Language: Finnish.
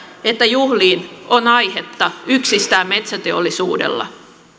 että juhliin on aihetta yksistään metsäteollisuudella